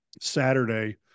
Saturday